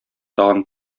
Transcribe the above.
тагын